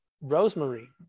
Rosemary